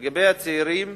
לגבי הצעירים,